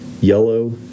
yellow